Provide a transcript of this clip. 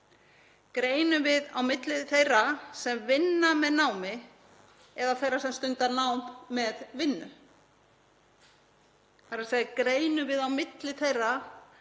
Greinum við á milli þeirra sem vinna með námi eða þeirra sem stunda nám með vinnu, þ.e. greinum við á milli þeirra